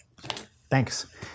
Thanks